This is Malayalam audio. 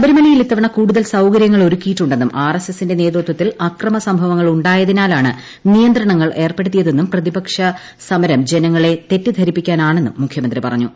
ശബരിമലയിൽ ഇത്തവണ കൂടുതൽ സൌകര്യങ്ങൾ ഒരുക്കിയിട്ടുണ്ടെന്നും അക്രമ സംഭവങ്ങൾ ഉണ്ടായതിനാലാണ് നിയന്ത്രണങ്ങൾ ഏർപ്പെടുത്തിയതെന്നും പ്രതിപക്ഷ സമരം ജനങ്ങളെ തെറ്റിദ്ധരിപ്പിക്കാനാണെന്നും മുഖ്യമന്ത്രി പറഞ്ഞു